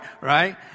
right